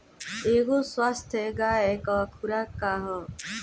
एगो स्वस्थ गाय क खुराक का ह?